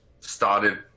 started